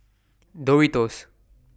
Doritos